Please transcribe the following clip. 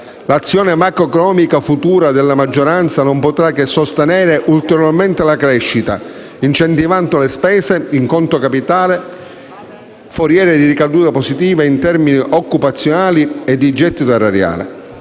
azione macroeconomica della maggioranza non potrà che sostenere ulteriormente la crescita, incentivando le spese in conto capitale, foriere di ricadute positive in termini occupazionali e di gettito erariale.